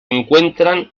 encuentran